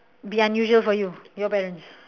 be unusual for you your parents